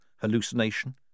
hallucination